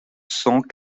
cent